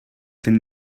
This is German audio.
dem